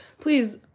Please